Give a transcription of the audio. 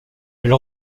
elle